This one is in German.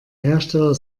hersteller